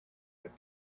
that